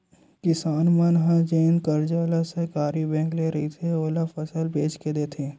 किसान मन ह जेन करजा ल सहकारी बेंक ले रहिथे, ओला फसल बेच के देथे